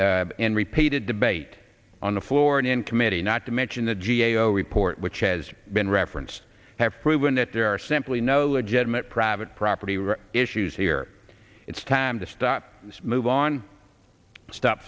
in repeated debate on the floor and in committee not to mention the g a o report which has been referenced have proven that there are simply no legitimate private property rights issues here it's time to stop this move on stop